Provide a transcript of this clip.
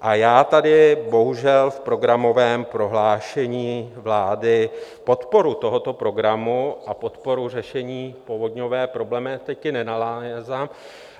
A já tady bohužel v programovém prohlášení vlády podporu tohoto programu a podporu řešení povodňové problematiky nenalézám